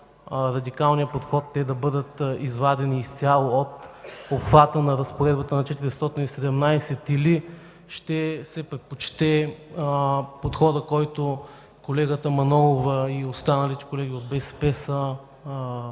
радикалният подход те да бъдат извадени изцяло от обхвата на разпоредбата на чл. 417, или ще се предпочете подходът, който колегата Манолова и останалите колеги от БСП